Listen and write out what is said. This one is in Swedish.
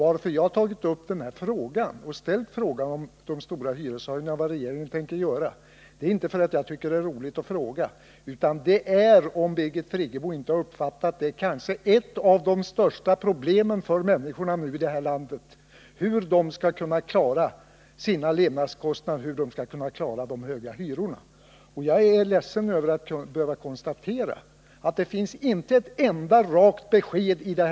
Att jag ställt frågan om vad regeringen tänker göra åt de stora hyreshöjningarna beror inte på att jag tycker det är roligt att fråga, utan det beror på — om Birgit Friggebo inte uppfattat det — att ett av de största problemen för människorna i vårt land just nu är hur de skall kunna klara sina levnadskostnader och de höga Jag är ledsen över att behöva konstatera att det inte finns ett enda rakt besked i svaret.